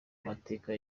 mateka